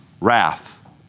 wrath